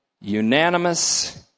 unanimous